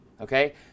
Okay